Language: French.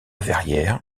verrières